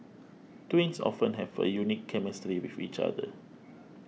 twins often have a unique chemistry with each other